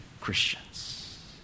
Christians